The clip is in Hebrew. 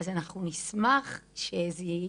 אז אנחנו נשמח שזה יקרה.